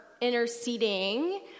interceding